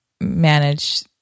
manage